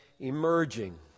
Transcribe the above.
Emerging